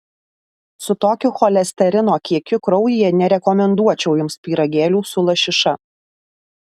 su tokiu cholesterino kiekiu kraujyje nerekomenduočiau jums pyragėlių su lašiša